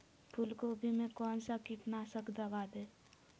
फूलगोभी में कौन सा कीटनाशक दवा दे?